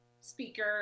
speaker